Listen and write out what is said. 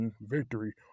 victory